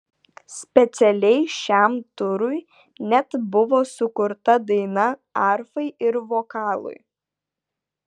specialiai šiam turui net buvo sukurta daina arfai ir vokalui